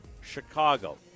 Chicago